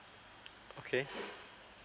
okay